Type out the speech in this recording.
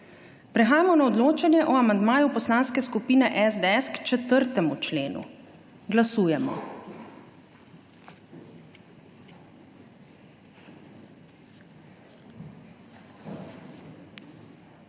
Prehajamo na odločanje o amandmaju Poslanske skupine SDS k 4. členu. Glasujemo.